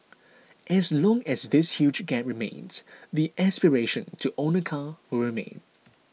as long as this huge gap remains the aspiration to own a car will remain